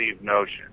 notion